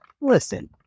Listen